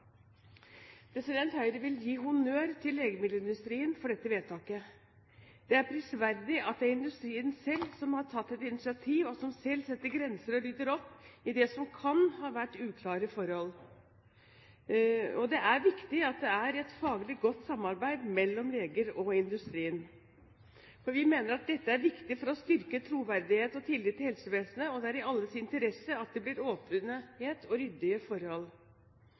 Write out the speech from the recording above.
Høyre vil gi honnør til legemiddelindustrien for dette vedtaket. Det er prisverdig at det er industrien selv som har tatt et initiativ og selv setter grenser og rydder opp i det som kan ha vært uklare forhold. Det er viktig at det er et faglig godt samarbeid mellom leger og industrien. Vi mener dette er viktig for å styrke troverdigheten og tilliten til helsevesenet, og det er i alles interesse at det blir åpenhet og ryddige forhold.